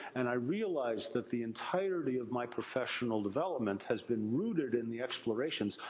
and i realized that the entirety of my professional development has been rooted in the explorations.